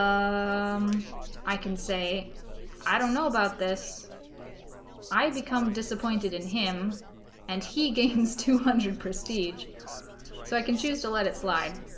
um i can say i don't know about this i become disappointed in him and he gains two hundred prestige so i can choose to let it slide